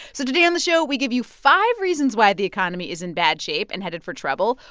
so today on the show, we give you five reasons why the economy is in bad shape and headed for trouble,